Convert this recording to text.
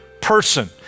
person